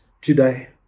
today